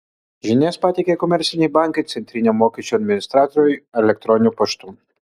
žinias pateikia komerciniai bankai centriniam mokesčių administratoriui elektroniniu paštu